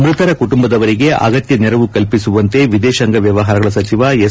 ಮೃತರ ಕುಟುಂಬದವರಿಗೆ ಅಗತ್ಯ ನೆರವು ಕಲ್ಪಿಸುವಂತೆ ವಿದೇಶಾಂಗ ವ್ಯವಹಾರಗಳ ಸಚಿವ ಎಸ್